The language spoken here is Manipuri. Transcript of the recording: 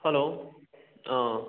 ꯍꯜꯂꯣ ꯑꯥ